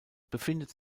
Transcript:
befindet